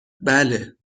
بله